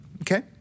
Okay